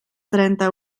trenta